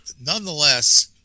nonetheless